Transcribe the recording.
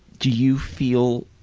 do you feel